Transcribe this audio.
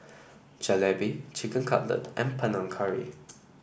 Jalebi Chicken Cutlet and Panang Curry